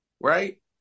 right